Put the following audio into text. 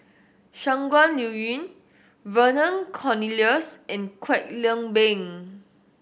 Shangguan Liuyun Vernon Cornelius and Kwek Leng Beng